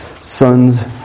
Son's